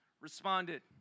responded